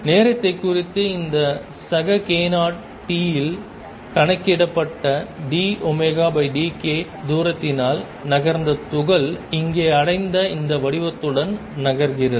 நேரத்தை குறித்து இந்த சக k0 t இல் கணக்கிடப்பட்ட dωdk தூரத்தினால் நகர்ந்த துகள் இங்கே அடைந்த அதே வடிவத்துடன் நகர்த்துகிறது